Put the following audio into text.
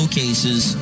cases